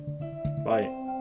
Bye